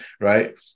right